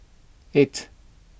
eight